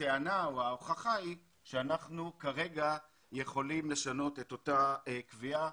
אנחנו כרגע יכולים לשנות את אותה קביעה,